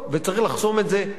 וצריך לחסום את זה היום,